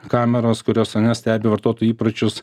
kameros kurios stebi vartotojų įpročius